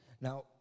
Now